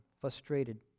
Frustrated